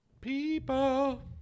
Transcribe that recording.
people